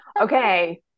Okay